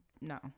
no